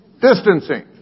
distancing